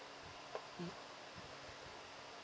mm